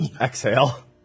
exhale